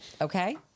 Okay